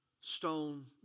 Stone